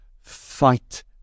fight